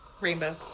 Rainbow